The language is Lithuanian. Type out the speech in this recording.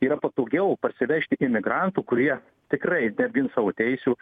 yra patogiau parsivežti imigrantų kurie tikrai neapgins savo teisių